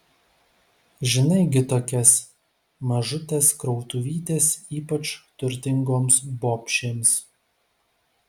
žinai gi tokias mažutės krautuvytės ypač turtingoms bobšėms